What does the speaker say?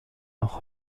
noch